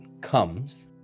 comes